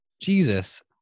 Jesus